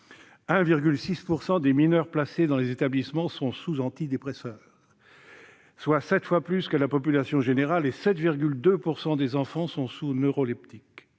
1,6 % des mineurs placés dans des établissements sont sous antidépresseurs, soit sept fois plus que la population générale ; 7,2 % des enfants sont sous neuroleptiques,